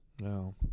No